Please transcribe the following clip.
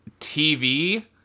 TV